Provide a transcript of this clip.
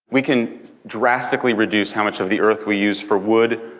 we can drastically reduce how much of the earth we use for wood,